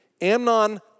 Amnon